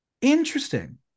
interesting